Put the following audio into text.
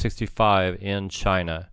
sixty five in china